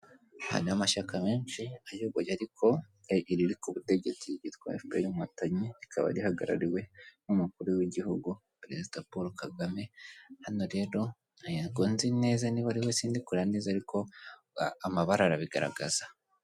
Abanyamashyaka menshi ayoboye ariko iriri ku butegetsi yiyitwa FPR inkotanyi rikaba rihagarariwe n'umukuru w'igihugu perezida Paul Kagame hano rero ntago nzi neza niba ariwe sindi kurebaneza ariko amabara arabigaragaza.